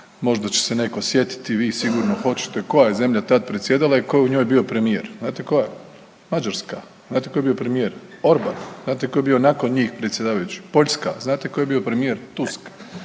možda će se netko sjetiti, vi sigurno hoćete koja je zemlja tad predsjedala i tko je u njoj bio premijer. Znate tko je? Mađarska. Znate tko je bio premijer? Orban. Znate tko je bio nakon njih predsjedavajući? Poljska. Znate tko je bio premijer? Tusk.